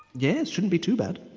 yes, shouldn't be too bad.